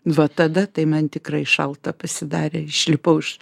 va tada tai man tikrai šalta pasidarė išlipau iš